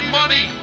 money